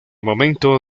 momento